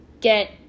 get